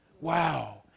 Wow